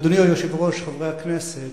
אדוני היושב-ראש, חברי הכנסת,